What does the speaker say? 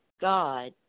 God